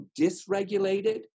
dysregulated